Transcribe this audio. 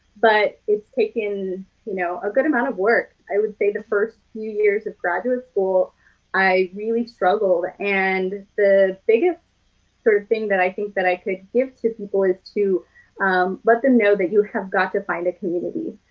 but it's taken you know a good amount of work. i would say the first few years of graduate school i really struggled. and the biggest sort of thing that i think i could give to people is to let them know that you have got to find a community.